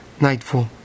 nightfall